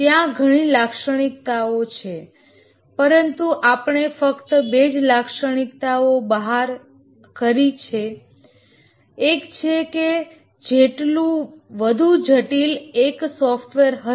ત્યાં ઘણી લાક્ષણિકતાઓ છે પરંતુ આપણે ફક્ત બે જ લાક્ષણિકતાઓ બહાર કરી છે એક છે કે જેટલું વધુ જટિલ એક સોફ્ટવેર હશે